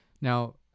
Now